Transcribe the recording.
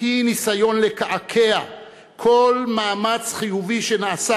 היא ניסיון לקעקע כל מאמץ חיובי שנעשה